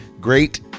Great